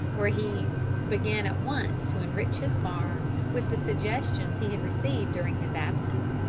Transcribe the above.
where he began at once to enrich his farm with the suggestions he had received during his absence,